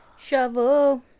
Shovel